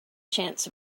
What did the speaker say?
chance